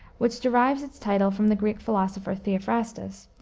which derives its title from the greek philosopher, theophrastus,